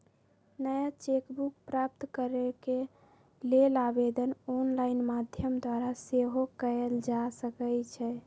नया cheque book प्राप्त करेके लेल आवेदन ऑनलाइन माध्यम द्वारा सेहो कएल जा सकइ छै